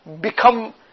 become